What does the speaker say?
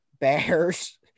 bears